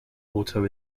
auto